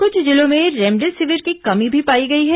कुछ जिलों में रेमडेसिविर की कमी भी पाई गई है